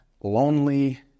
lonely